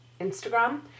Instagram